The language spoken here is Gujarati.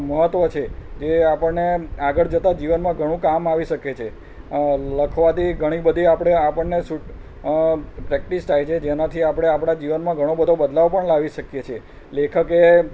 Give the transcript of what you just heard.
મહત્ત્વ છે જે આપણને આગળ જતાં જીવનમાં ઘણું કામ આવી શકે છે લખવાથી ઘણી બધી આપણે આપણને પ્રેક્ટિસ થાય છે જેનાંથી આપણે આપણાં જીવનમાં ઘણો બધો બદલાવ પણ લાવી શકીએ છીએ લેખકે